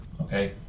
okay